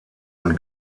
und